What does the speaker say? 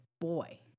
boy